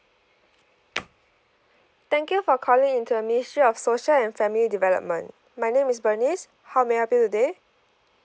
thank you for calling into the ministry of social and family development my name is bernice how may I help you today